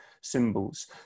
symbols